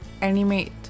animate